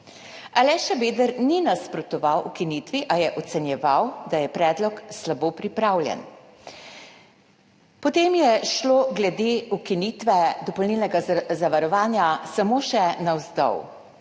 Aleš Šabeder ni nasprotoval ukinitvi, a je ocenjeval, da je predlog slabo pripravljen. Potem je šlo glede ukinitve dopolnilnega zavarovanja samo še navzdol.